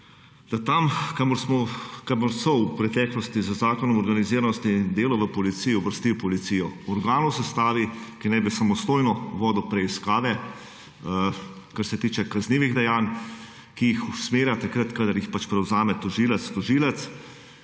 tam kamor so v preteklosti z zakonom organiziranosti in delo v policiji uvrstili policijo organov v sestavi, ki naj bi samostojno vodil preiskave, kar se tiče kaznivih dejanj, ki jih usmerja takrat, kadar jih pač prevzame tožilec tožilec.